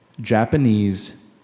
Japanese